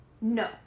No